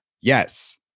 Yes